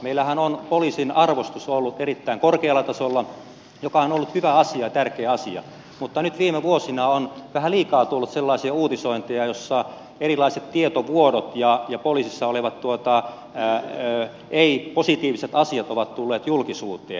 meillähän on poliisin arvostus ollut erittäin korkealla tasolla mikä on ollut hyvä asia ja tärkeä asia mutta nyt viime vuosina on vähän liikaa tullut sellaisia uutisointeja joissa erilaiset tietovuodot ja poliisissa olevat ei positiiviset asiat ovat tulleet julkisuuteen